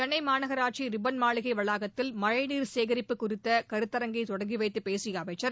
சென்னை மாநகராட்சி ரிப்பன் மாளிகை வளாகத்தில் மழைநீர் சேகரிப்பு குறித்த கருத்தரங்கை தொடங்கிவைத்துப் பேசிய அமைச்சர்